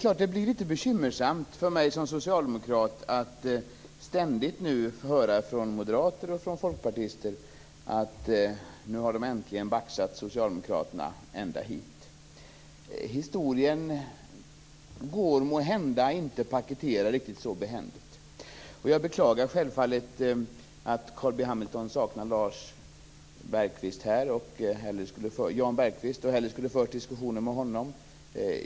Men det blir bekymmersamt för mig som socialdemokrat att ständigt få höra från moderater och folkpartister att de nu äntligen har baxat socialdemokraterna ända hit. Historien går måhända inte att paketera så behändigt. Jag beklagar självfallet att Carl B Hamilton saknar Jan Bergqvist och hellre skulle ha fört diskussionen med honom.